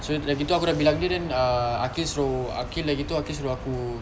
so dah gitu aku dah bilang dia then ah aqil suruh aqil dah gitu aqil suruh aku